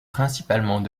principalement